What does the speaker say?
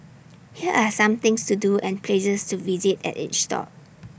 here are some things to do and places to visit at each stop